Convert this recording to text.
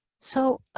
so